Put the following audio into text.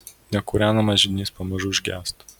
nekūrenamas židinys pamažu užgęsta